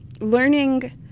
learning